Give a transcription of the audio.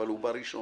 אבל הוא בא ראשון.